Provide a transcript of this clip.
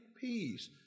peace